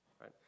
right